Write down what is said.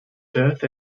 birth